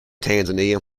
tanzania